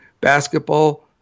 basketball